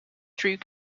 through